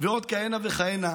ועוד כהנה וכהנה.